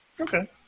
okay